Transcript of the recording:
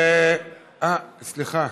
אה, סליחה.